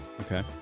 Okay